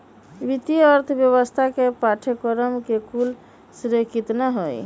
वित्तीय अर्थशास्त्र के पाठ्यक्रम के कुल श्रेय कितना हई?